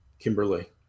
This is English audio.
Kimberly